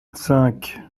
cinq